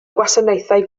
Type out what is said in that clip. gwasanaethau